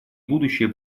будущее